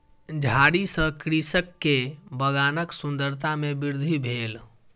झाड़ी सॅ कृषक के बगानक सुंदरता में वृद्धि भेल